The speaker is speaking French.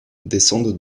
descendent